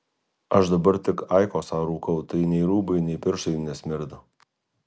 aš dabar tik aikosą rūkau tai nei rūbai nei pirštai nesmirda